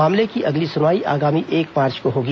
मामले की अगली सुनवाई आगामी एक मार्च को होगी